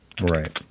Right